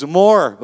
more